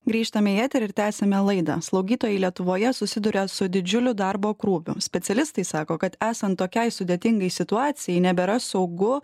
grįžtame į eterį ir tęsiame laidą slaugytojai lietuvoje susiduria su didžiuliu darbo krūviu specialistai sako kad esant tokiai sudėtingai situacijai nebėra saugu